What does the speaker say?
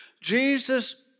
Jesus